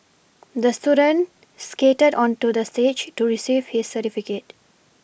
the student skated onto the stage to receive his certificate